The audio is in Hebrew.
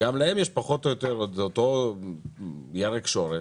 שהוא גם ירק שורש,